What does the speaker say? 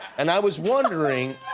and i was wondering